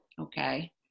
okay